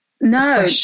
no